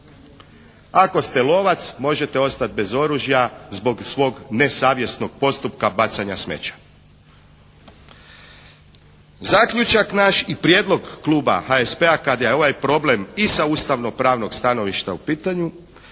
Ako ste lovac možete ostati bez oružja zbog svog nesavjesnog postupka bacanja smeća. Zaključak naš i prijedlog kluba HSP-a kada je ovaj problem i sa ustavno-pravnog stanovišta u pitanju